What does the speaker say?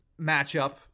matchup